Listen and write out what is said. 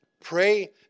Pray